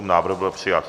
Návrh byl přijat.